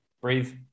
breathe